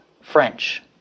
French